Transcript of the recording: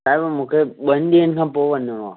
छाहे उहो मूंखे ॿिनि ॾींहंनि खां पोइ वञणो आहे